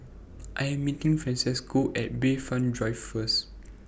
I Am meeting Francesco At Bayfront Drive First